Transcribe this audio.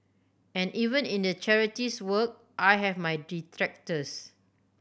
and even in the charities work I have my detractors